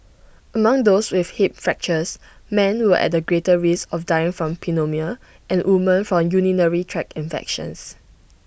among those with hip fractures men were at greater risk of dying from pneumonia and women from urinary tract infections